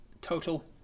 total